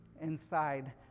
inside